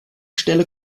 stelle